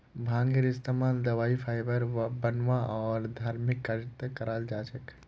भांगेर इस्तमाल दवाई फाइबर बनव्वा आर धर्मिक कार्यत कराल जा छेक